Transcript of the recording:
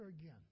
again